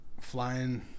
Flying